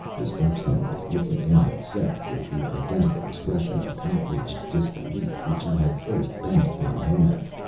the spokesman was looking down at seth with the identical expression of outraged disbelief which he had first bent upon honath.